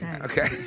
Okay